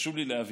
חשוב לי להבהיר: